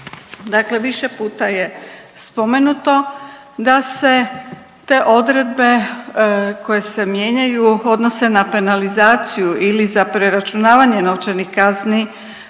Dakle, više puta je spomenuto da se te odredbe koje se mijenjaju odnose na penalizaciju ili za preračunavanje novčanih kazni